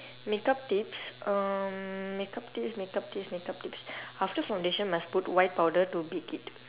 makeup tips um makeup tips makeup tips makeup tips after foundation must put white powder to bake it